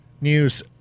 News